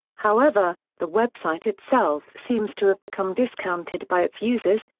however, the website itself seems to have become discounted by its users,